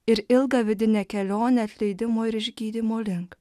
ir ilgą vidinę kelionę atleidimo ir išgydymo link